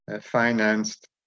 financed